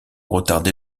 retardé